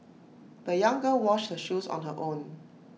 the young girl washed her shoes on her own